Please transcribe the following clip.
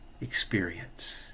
experience